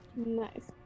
Nice